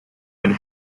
and